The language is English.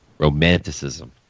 Romanticism